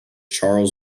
charles